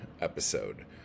episode